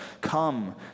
Come